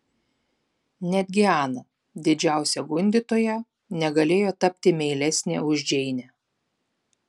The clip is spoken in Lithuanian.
netgi ana didžiausia gundytoja negalėjo tapti meilesnė už džeinę